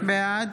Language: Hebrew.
בעד